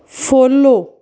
follow